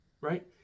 right